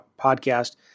podcast